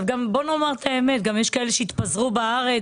בואו נאמר את האמת: יש גם כאלה שהתפזרו בארץ,